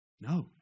No